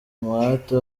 umuhate